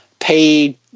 paid